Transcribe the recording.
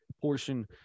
portion